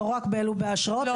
לא רק באשרות,